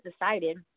decided